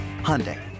Hyundai